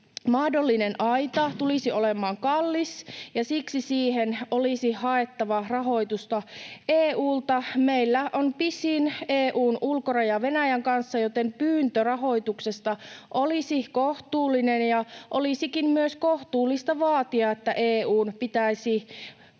mahdollinen aita tulisi olemaan kallis ja siksi siihen olisi haettava rahoitusta EU:lta. Meillä on pisin EU:n ulkoraja Venäjän kanssa, joten pyyntö rahoituksesta olisi kohtuullinen, ja olisikin kohtuullista myös vaatia, että EU:n pitäisi